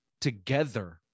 together